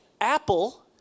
Apple